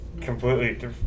completely